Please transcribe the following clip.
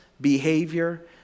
behavior